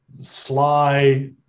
sly